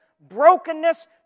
brokenness